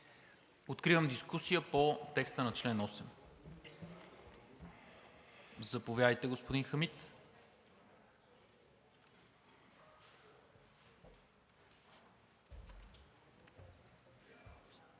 Откривам дискусия по текста на чл. 8. Заповядайте, господин Хамид.